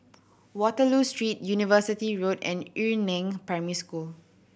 Waterloo Street University Road and Yu Neng Primary School